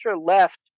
left